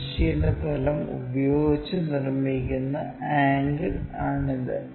തിരശ്ചീന തലം ഉപയോഗിച്ച് നിർമ്മിക്കുന്ന ആംഗിൾ ആണിത്